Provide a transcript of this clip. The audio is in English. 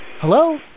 Hello